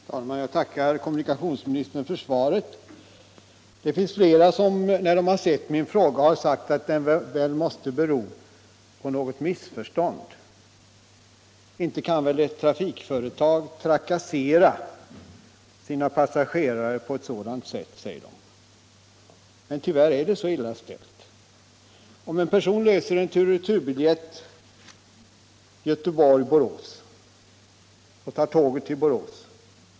Herr talman! Jag tackar kommunikationsministern för svaret. I Det är flera som, när de sett min fråga, har sagt att den måste bero på något missförstånd. Inte kan väl ett trafikföretag trakassera sina pas | sagerare på sådant sätt, säger de. Men tyvärr är det så illa ställt. I En person löser tur och retur-biljett Göteborg-Borås och tar tåget till | Borås.